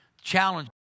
Challenge